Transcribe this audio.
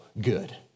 good